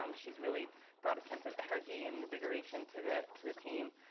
um she's really brought a sense of energy and invigoration to the to the team.